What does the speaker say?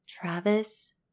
Travis